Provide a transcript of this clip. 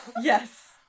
Yes